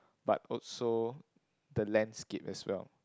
but also the landscape as well